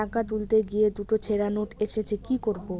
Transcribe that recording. টাকা তুলতে গিয়ে দুটো ছেড়া নোট এসেছে কি করবো?